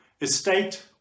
estate